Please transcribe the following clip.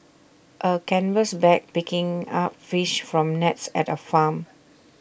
A canvas bag picking up fish from nets at A farm